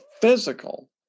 physical